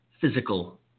physical